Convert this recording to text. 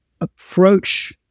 approach